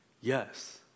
yes